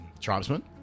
tribesman